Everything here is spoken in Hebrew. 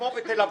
כמו בתל אביב.